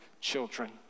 children